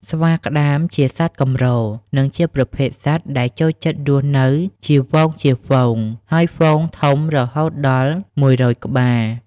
ស្វាក្ដាមជាសត្វកម្រ និងជាប្រភេទសត្វ ដែលចូលចិត្តរស់នៅជាហ្វូងៗ ហើយហ្វូងធំរហូតដល់១០០ ក្បាល។